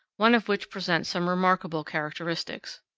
one of which presents some remarkable characteristics.